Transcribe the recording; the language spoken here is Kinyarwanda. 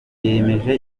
ingamba